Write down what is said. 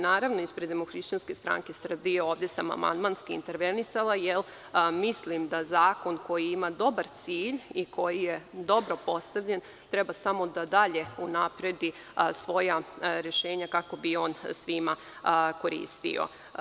Naravno, ispred DHSS ovde sam amandmanski intervenisala, jer mislim da zakon koji ima dobar cilj i koji je dobro postavljen treba samo da dalje unapredi svoja rešenja kako bi svima koristio.